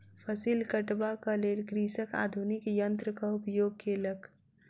फसिल कटबाक लेल कृषक आधुनिक यन्त्रक उपयोग केलक